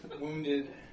wounded